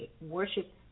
worship